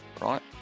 right